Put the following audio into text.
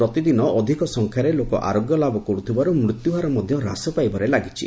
ପ୍ରତିଦିନ ଅଧିକ ସଂଖ୍ୟାରେ ଲୋକ ଆରୋଗ୍ୟ ଲାଭ କରୁଥିବାରୁ ମୃତ୍ୟୁହାର ମଧ୍ୟ ହ୍ରାସ ପାଇବାରେ ଲାଗିଛି